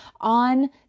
on